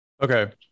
Okay